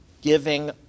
giving